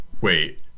Wait